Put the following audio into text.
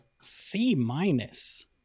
c-minus